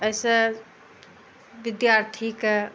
अइसँ विद्यार्थीके